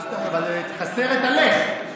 אבל חסר את ה"לך".